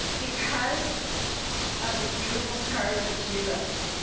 because of the beautiful scars of jesus,